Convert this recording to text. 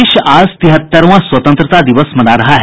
देश आज तिहत्तरवां स्वतंत्रता दिवस मना रहा है